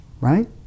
right